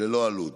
ללא עלות.